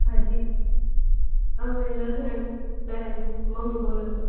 હાં જી આવે રોજ મામી બોલું છું